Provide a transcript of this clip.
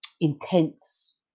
intense